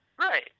Right